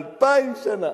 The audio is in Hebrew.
אלפיים שנה,